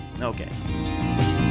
Okay